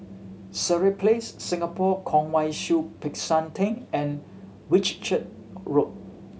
Sireh Place Singapore Kwong Wai Siew Peck San Theng and Whitchurch Road